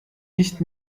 nicht